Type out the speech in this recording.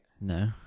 No